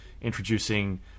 introducing